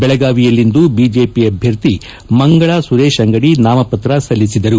ಬೆಳಗಾವಿಯಲ್ಲಿಂದು ಬಿಜೆಪಿ ಅಭ್ಯರ್ಥಿ ಮಂಗಳಾ ಸುರೇಶ್ ಅಂಗಡಿ ನಾಮಪತ್ರ ಸಲ್ಲಿಸಿದರು